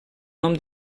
nom